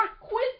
Quit